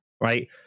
Right